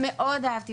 ומאוד אהבתי,